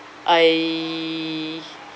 I